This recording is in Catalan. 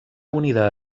unida